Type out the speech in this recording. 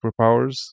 superpowers